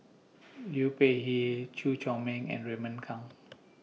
Liu Peihe Chew Chor Meng and Raymond Kang